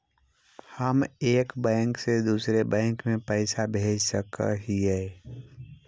हम एक बैंक से दुसर बैंक में पैसा भेज सक हिय?